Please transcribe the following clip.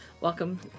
welcome